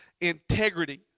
integrity